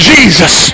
Jesus